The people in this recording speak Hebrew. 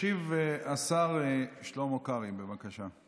ישיב השר שלמה קרעי, בבקשה.